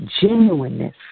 genuineness